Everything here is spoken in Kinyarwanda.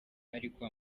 ariko